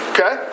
Okay